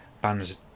band's